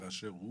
באשר הוא